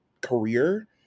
career